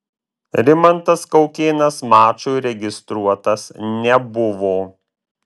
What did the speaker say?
rimantas kaukėnas mačui registruotas nebuvo